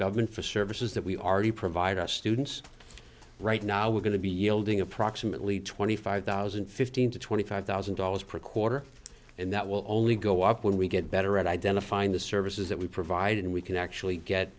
government for services that we already provide us students right now we're going to be yielding approximately twenty five thousand fifteen to twenty five thousand dollars per quarter and that will only go up when we get better at identifying the services that we provide and we can actually get